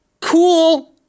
cool